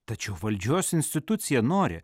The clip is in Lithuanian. tačiau valdžios institucija nori